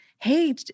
Hey